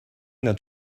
not